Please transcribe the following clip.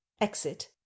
exit